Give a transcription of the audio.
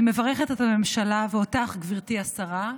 אני מברכת את הממשלה, ואותך, גברתי השרה,